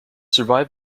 survived